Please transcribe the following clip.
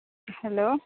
hello